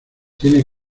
tiene